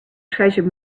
treasure